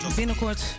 binnenkort